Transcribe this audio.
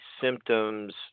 symptoms